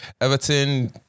Everton